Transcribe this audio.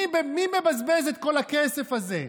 מי מבזבז את כל הכסף הזה?